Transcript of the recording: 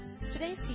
Today's